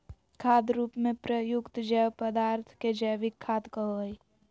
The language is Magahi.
खाद रूप में प्रयुक्त जैव पदार्थ के जैविक खाद कहो हइ